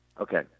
Okay